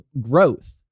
growth